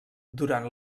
durant